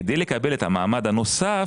כדי לקבל את המעמד הנוסף,